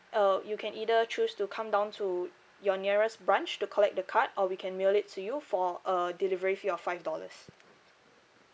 uh you can either choose to come down to your nearest branch to collect the card or we can mail it to you for a delivery fee of five dollars